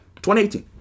2018